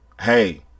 hey